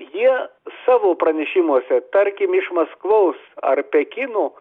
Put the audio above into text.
jie savo pranešimuose tarkim iš maskvos ar pekino